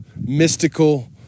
mystical